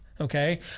okay